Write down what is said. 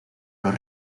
los